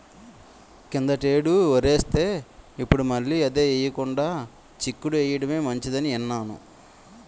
కిందటేడు వరేస్తే, ఇప్పుడు మళ్ళీ అదే ఎయ్యకుండా చిక్కుడు ఎయ్యడమే మంచిదని ఇన్నాను